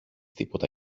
τίποτα